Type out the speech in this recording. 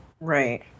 Right